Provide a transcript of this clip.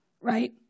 Right